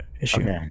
issue